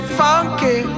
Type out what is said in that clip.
funky